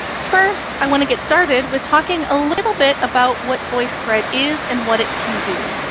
first, i want to get started with talking a little bit about what voicethread is and what it can do,